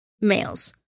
males